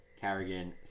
Carrigan